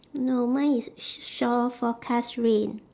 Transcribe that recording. no mine is shore forecast rain